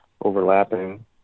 overlapping